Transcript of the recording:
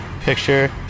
picture